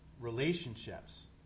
relationships